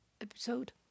episode